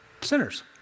sinners